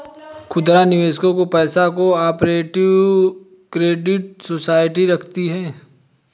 खुदरा निवेशकों का पैसा को ऑपरेटिव क्रेडिट सोसाइटी रखती है